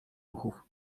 ruchów